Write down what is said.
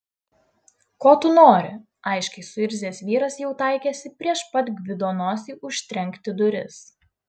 ko tu nori aiškiai suirzęs vyras jau taikėsi prieš pat gvido nosį užtrenkti duris